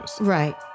Right